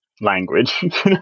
language